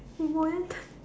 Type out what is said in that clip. what